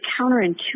counterintuitive